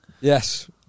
Yes